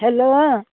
hello